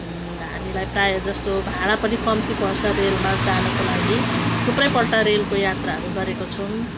हामीलाई प्रायःजस्तो भाडा पनि कम्ती पर्छ रेलमा जानुको लागि थुप्रैपल्ट रेलको यात्राहरू गरेको छौँ